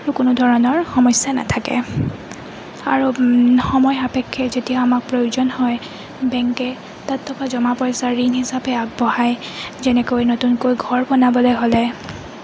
কোনো ধৰণৰ সমস্যা নাথাকে আৰু সময় সাপেক্ষে যেতিয়া আমাক প্ৰয়োজন হয় বেংকে তাত থকা জমা পইচা ঋণ হিচাপে আগবঢ়ায় যেনেকৈ নতুনকৈ ঘৰ বনাবলৈ হ'লে